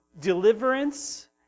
deliverance